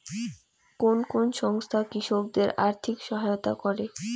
কোন কোন সংস্থা কৃষকদের আর্থিক সহায়তা করে?